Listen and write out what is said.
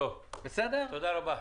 תודה רבה.